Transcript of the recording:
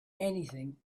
anything